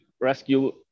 rescue